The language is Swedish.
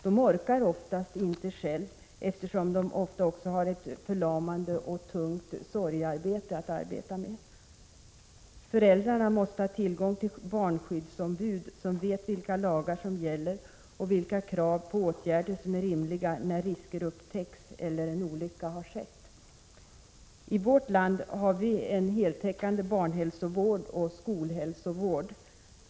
De orkar oftast inte själva, eftersom de vanligen också har ett förlamande och tungt sorgearbete. Föräldrarna måste ha tillgång till barnskyddsombud, som vet vilka lagar som gäller och vilka krav på åtgärder som är rimliga när risker upptäcks eller en olycka har skett. I vårt land har vi en heltäckande barnhälsovård och skolhälsovård.